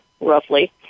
roughly